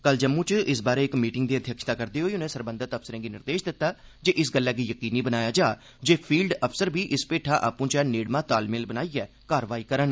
कल जम्मू च इस बारै इक मीटिंग दी अध्यक्षता करदे होई उन्ने सरबंधित अफसरें गी निर्देश दिता जे इस गल्लै गी यकीनी बनाया जा जे फील्ड अफसर बी इस भैठा आपूं च नेड़मा तालमेल बनाइयै कारवाई करन